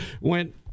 went –